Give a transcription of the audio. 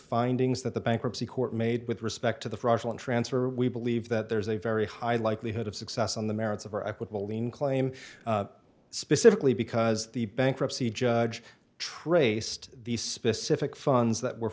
findings that the bankruptcy court made with respect to the fraudulent transfer we believe that there is a very high likelihood of success on the merits of our equitable lien claim specifically because the bankruptcy judge traced the specific funds that were